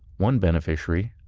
one beneficiary,